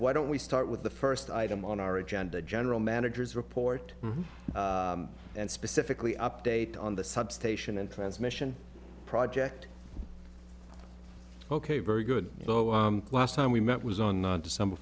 why don't we start with the first item on our agenda general managers report and specifically update on the substation and transmission project ok very good so last time we met was on december